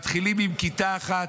מתחילים עם כיתה אחת,